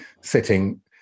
sitting